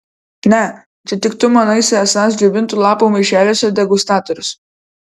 ne čia tik tu manaisi esąs džiovintų lapų maišeliuose degustatorius